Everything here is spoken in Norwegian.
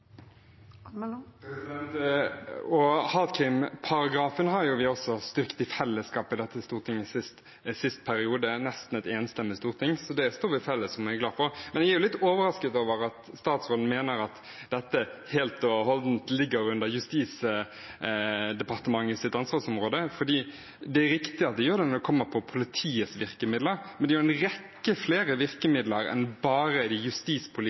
har vi styrket i fellesskap i dette stortinget den siste perioden, nesten et enstemmig storting. Det sto vi felles om, og det er jeg glad for. Men jeg er litt overrasket over at statsråden mener at dette helt og holdent ligger under Justisdepartementets ansvarsområde. Det er riktig at det gjør det når det gjelder politiets virkemidler, men det er en rekke flere virkemidler enn bare de